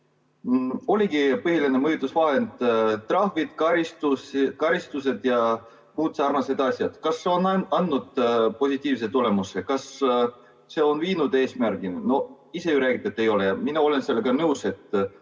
et põhiline mõjutusvahend ongi trahvid, karistused ja muud sarnased asjad. Kas see on andnud positiivse tulemuse? Kas see on viinud eesmärgini? No ise ju räägite, et ei ole. Mina olen sellega nõus,